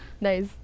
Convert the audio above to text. Nice